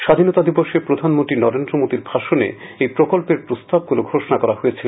স্বাধীনতা দিবসে প্রধানমন্ত্রী নরেন্দ্র মোদির ভাষণে এই প্রকল্পের প্রস্তাবগুলো ঘোষণা করা হয়েছিল